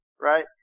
right